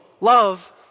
love